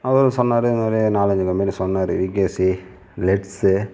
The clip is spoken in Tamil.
அவர் சொன்னார் இந்த மாதிரி நாலஞ்சு கம்பெனி சொன்னார் விகேசி லெட்ஸு